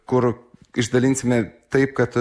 kur išdalinsime taip kad